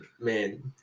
man